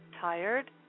tired